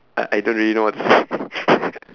I I don't really know what to say